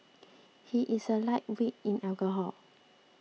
he is a lightweight in alcohol